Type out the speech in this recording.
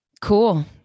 Cool